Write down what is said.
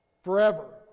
forever